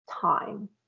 time